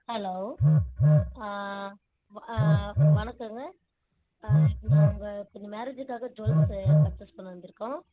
hello வ வணக்கங்க ஆ இப்போ நாங்கள் இப்போ இந்த மேரேஜுக்காக ஜுவல்ஸு பர்ச்சேஸ் பண்ண வந்திருக்கோம்